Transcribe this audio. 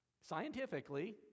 scientifically